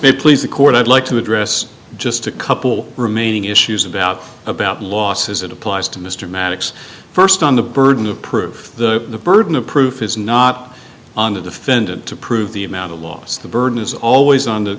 may please the court i'd like to address just a couple remaining issues about about loss as it applies to mr maddicks first on the burden of proof the burden of proof is not on the defendant to prove the amount of loss the burden is always on the